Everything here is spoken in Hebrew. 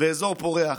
באזור פורח.